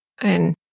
And-